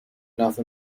ناف